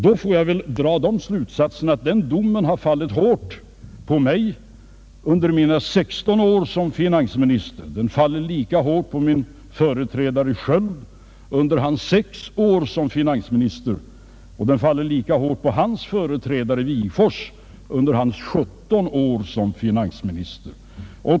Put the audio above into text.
Då får jag väl dra den slutsatsen, att den domen fallit hårt på mig under mina 16 år som finansminister. Den faller lika hårt över min företrädare Sköld under hans sex år och lika hårt över hans företrädare Wigforss under hans 17 år som finansminister.